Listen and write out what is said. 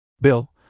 Bill